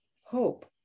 hope